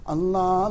Allah